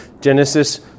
Genesis